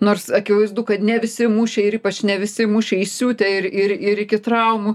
nors akivaizdu kad ne visi mušė ir ypač ne visi mušė įsiutę ir ir ir iki traumų